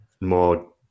more